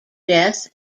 death